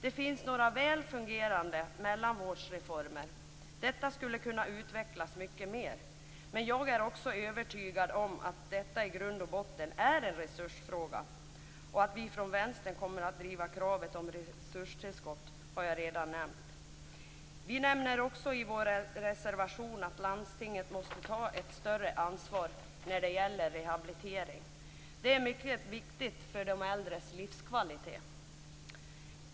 Det finns några väl fungerande mellanvårdsformer. Dessa skulle kunna utvecklas mycket mer. Men jag är också övertygad om att detta i grund och botten är en resursfråga, och att vi från vänstern kommer att driva kravet om resurstillskott har jag redan nämnt. Vi nämner i vår reservation att landstinget måste ta ett större ansvar för rehabilitering. Det är mycket viktigt för de äldres livskvalitet.